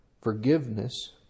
forgiveness